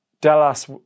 Dallas